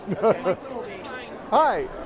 Hi